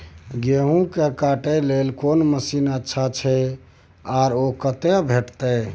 गेहूं के काटे के लेल कोन मसीन अच्छा छै आर ओ कतय भेटत?